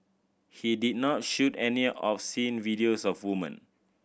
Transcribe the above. he did not shoot any obscene videos of woman